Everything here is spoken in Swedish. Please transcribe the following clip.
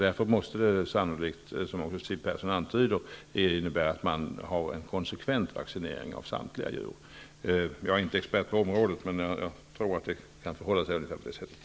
Därför måste man sannolikt, som också Siw Persson antydde, ha en konsekvent vaccinering av samtliga djur. Jag är inte expert på området, men jag tror att det kan förhålla sig ungefär på det sättet.